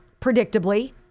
Predictably